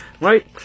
right